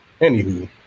anywho